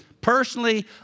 Personally